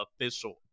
official